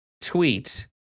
tweet